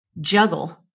juggle